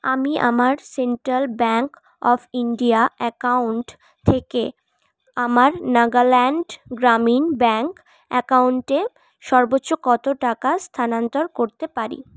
আমি আমার central bank of India account থেকে আমার নাগাল্যান্ড গ্রামীণ ব্যাংক অ্যাকাউন্টে সর্বোচ্চ কত টাকা স্থানান্তর করতে পারি